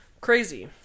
Crazy